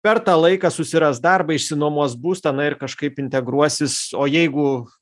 per tą laiką susiras darbą išsinuomos būstą na ir kažkaip integruosis o jeigu